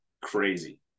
crazy